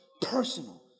personal